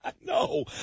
No